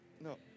No